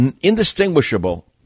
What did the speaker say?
indistinguishable